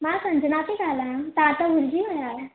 मां संजना थी ॻाल्हायां तव्हां त भुलिजी विया आहियो